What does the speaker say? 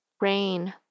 Rain